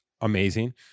amazing